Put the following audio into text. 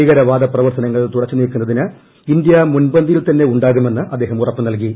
ഭീകരവാദ പ്രവർത്തനങ്ങൾ തുടച്ചു നീക്കുന്നതിന് ഇന്ത്യ മുൻപന്തിയിൽ തന്നെ ഉണ്ടാക്ടുമെന്ന് അദ്ദേഹം ഉറപ്പു നൽകി